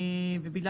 ובגלל